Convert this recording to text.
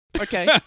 Okay